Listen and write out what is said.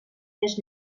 més